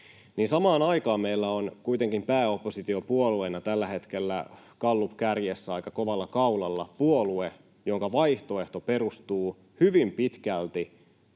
samaan aikaan meillä on kuitenkin pääoppositiopuolueena tällä hetkellä gallupkärjessä aika kovalla kaulalla puolue, jonka vaihtoehto perustuu hyvin pitkälti